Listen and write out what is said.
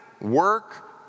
work